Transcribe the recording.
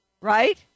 right